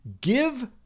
Give